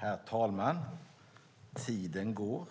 Herr talman! Tiden går.